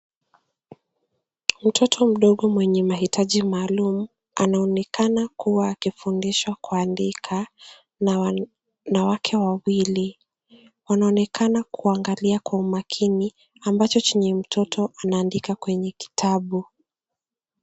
Mtoto mdogo mwenye mahitaji maalum anaonekana kuwa akifundishwa kuandika na wanawake wawili. Wanaonekana kuangalia kwa umakini, ambacho chenye mtoto anaandika kwenye kitabu.